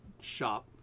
shop